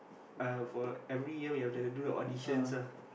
uh for every year we have to do the auditions lah